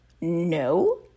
No